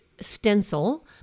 stencil